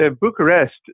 Bucharest